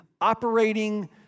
operating